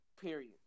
period